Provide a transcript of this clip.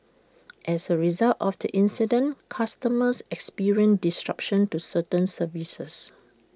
as A result of the incident customers experienced disruption to certain services